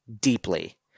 deeply